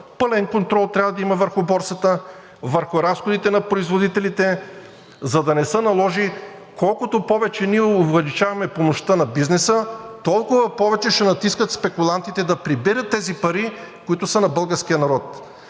пълен контрол върху борсата, върху разходите на производителите, за да не се наложи – колкото повече ние увеличаваме помощта на бизнеса, толкова повече ще натискат спекулантите да прибират тези пари, които са на българския народ.